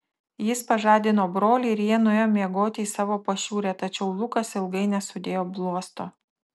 jis pažadino brolį ir jie nuėjo miegoti į savo pašiūrę tačiau lukas ilgai nesudėjo bluosto